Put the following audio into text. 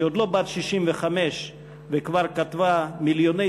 שהיא עוד לא בת 65 וכבר כתבה מיליוני